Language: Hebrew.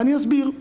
ואני אסביר.